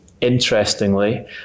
Interestingly